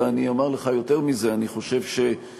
אלא אני אומר לך יותר מזה: אני חושב שקיום